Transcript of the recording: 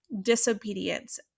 disobedience